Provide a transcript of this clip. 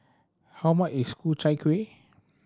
how much is Ku Chai Kuih